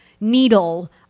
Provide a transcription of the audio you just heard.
needle